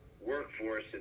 workforce